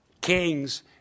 kings